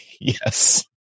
Yes